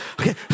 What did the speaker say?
okay